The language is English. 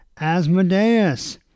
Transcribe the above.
Asmodeus